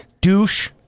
Douche